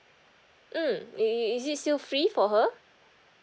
mm i~ i~ is it still free for her